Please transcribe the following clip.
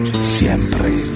Siempre